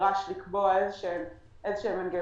ושנדרש לקבוע איזה שהם מנגנונים